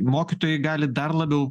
mokytojai gali dar labiau